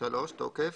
תוקף